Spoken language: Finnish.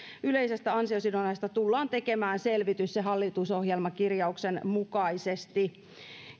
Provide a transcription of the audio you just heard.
yleisestä ansiosidonnaisesta tullaan tekemään selvitys ja hallitusohjelmakirjauksen mukaisesti